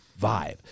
vibe